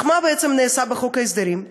אך מה בעצם נעשה בחוק ההסדרים?